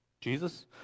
Jesus